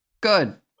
Good